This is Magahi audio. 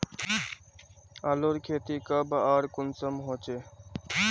आलूर खेती कब आर कुंसम होचे?